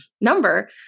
number